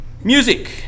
Music